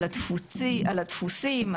על הדפוסים,